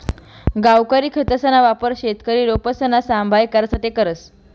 गावठी खतसना वापर शेतकरी रोपसना सांभाय करासाठे करस